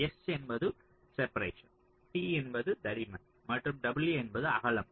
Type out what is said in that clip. s என்பது separation t என்பது தடிமன் மற்றும் w என்பது அகலம்